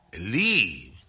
leave